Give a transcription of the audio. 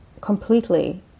completely